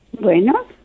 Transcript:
Bueno